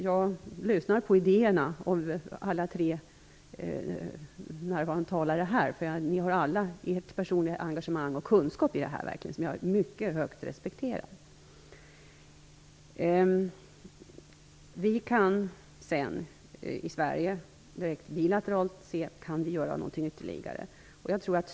Jag lyssnar på idéerna från alla tre närvarande talare här. De har alla sitt personliga engagemang och kunskap om detta som jag respekterar högt. Vi kan sedan se om vi i Sverige kan göra något ytterligare bilateralt.